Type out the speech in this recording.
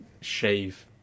shave